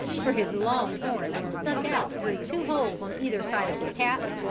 for his long horns stuck out through two holes on either side of his cap,